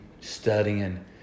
studying